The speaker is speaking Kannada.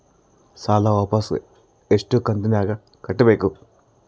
ಸಾಲ ವಾಪಸ್ ಎಷ್ಟು ಕಂತಿನ್ಯಾಗ ಕಟ್ಟಬೇಕು?